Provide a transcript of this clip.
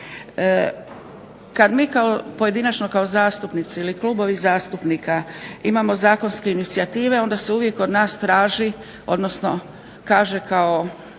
Kad mi kao pojedinačno kao zastupnici ili klubovi zastupnika imamo zakonski inicijative onda se uvijek od nas traži, odnosno kaže kao